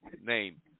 name